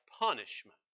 punishment